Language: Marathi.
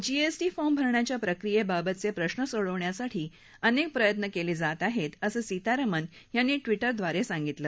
जीएसटी फॉम भरण्याच्या प्रक्रियेबाबतचे प्रश्न सोडवण्यासाठी अनेक प्रयत्न केले जात आहेत असं सीतारामन यांनी ट्विटरद्वारे सांगितलं